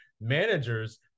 managers